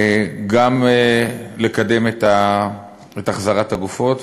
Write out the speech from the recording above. גם לקדם את החזרת הגופות,